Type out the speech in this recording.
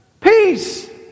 Peace